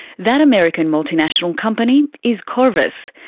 that american multinational company is qorvis.